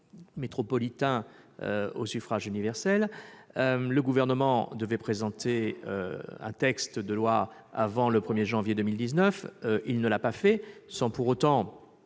métropolitains au suffrage universel. À ce titre, le Gouvernement devait présenter un texte de loi avant le 1 janvier 2019 : il ne l'a pas fait, sans pour autant